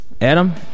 Adam